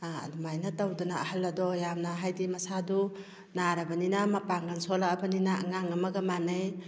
ꯑꯗꯨꯃꯥꯏꯅ ꯇꯧꯗꯅ ꯑꯍꯜ ꯑꯗꯣ ꯌꯥꯝꯅ ꯍꯥꯏꯕꯗꯤ ꯃꯁꯥꯗꯨ ꯅꯥꯔꯕꯅꯤꯅ ꯃꯄꯥꯡꯒꯜ ꯁꯣꯟꯂꯛꯑꯕꯅꯤꯅ ꯑꯉꯥꯡ ꯑꯃꯒ ꯃꯥꯟꯅꯩ